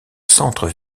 centre